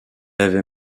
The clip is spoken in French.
avait